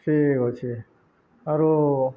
ଠିକ୍ ଅଛି ଆରୁ